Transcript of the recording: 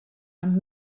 amb